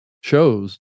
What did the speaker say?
shows